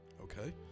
okay